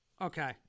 Okay